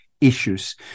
issues